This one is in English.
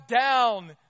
down